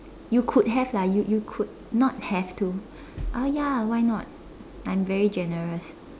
you could have lah you you could not have to uh ya why not I am very generous